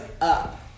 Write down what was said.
up